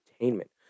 entertainment